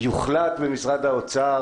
יוחלט במשרד האוצר,